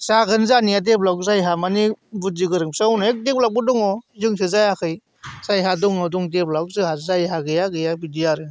जागोन जानाया डेभेलप जायहा माने बुध्दि गोरों बिस्रा अनेख दङ जोंसो जायाखै जायहा दङ दं डेभेलप जायहा गैया गैया बिदि आरो